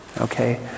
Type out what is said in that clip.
okay